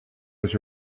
was